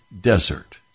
desert